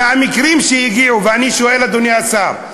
אני שואל, אדוני השר,